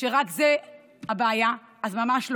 שרק זו הבעיה, אז ממש לא.